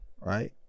Right